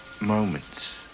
moments